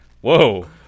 whoa